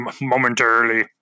Momentarily